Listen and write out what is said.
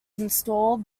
install